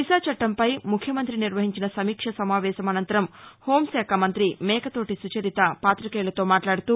దిశ చట్లంపై ముఖ్యమంత్రి నిర్వహించిన సమీక్షా సమావేశం అనంతరం హోంశాఖ మంత్రి మేకతోటి సుచరిత పాతికేయులతో మాట్లాడుతూ